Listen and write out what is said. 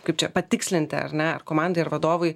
kaip čia patikslinti ar ne ar komandai ir vadovui